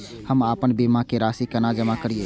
हम आपन बीमा के राशि केना जमा करिए?